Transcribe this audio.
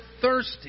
thirsty